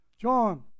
John